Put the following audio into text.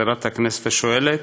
חברת הכנסת השואלת,